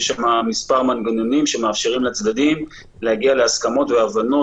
יש שם מספר מנגנונים שמאפשרים לצדדים להגיע להסכמות ולהבנות